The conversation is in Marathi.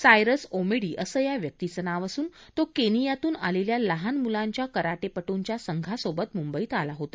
सायरस ओमोडी असं या व्यक्तीचं नाव असून तो केनियातून आलेल्या लहान मुलांच्या कराटेपट्रंच्या संघासोबत मुंबईत आला होता